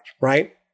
right